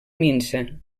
minsa